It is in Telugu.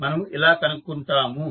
మనము ఇలా కనుక్కుంటాము